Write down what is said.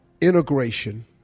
integration